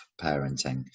parenting